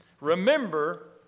remember